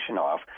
off